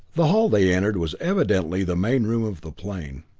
the hall they entered was evidently the main room of the plane.